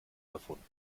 erfunden